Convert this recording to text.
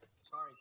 Sorry